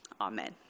Amen